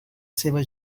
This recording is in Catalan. seva